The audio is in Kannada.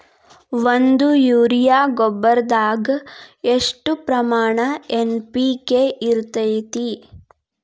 ಒಂದು ಯೂರಿಯಾ ಗೊಬ್ಬರದಾಗ್ ಎಷ್ಟ ಪ್ರಮಾಣ ಎನ್.ಪಿ.ಕೆ ಇರತೇತಿ?